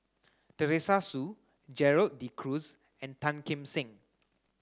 Teresa Hsu Gerald De Cruz and Tan Kim Seng